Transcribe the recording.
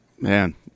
Man